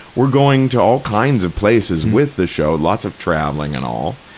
we're going to all kinds of places with the show, lots of traveling and all.